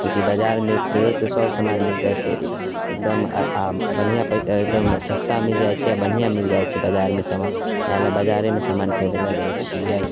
किएकि बाजारमे जरूरतके सब सामान मिलि जाइ छै एकदम आओर बढ़िआँ पै एकदम सस्ता मिलि जाइ छै आओर बढ़िआँ मिलि जाइ छै बाजारमे सामान इएह ले बाजारेमे सामान खरिदै लै जाइ छिए